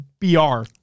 BR